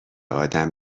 آدم